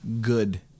good